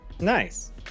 Nice